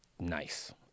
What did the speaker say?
Nice